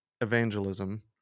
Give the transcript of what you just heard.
evangelism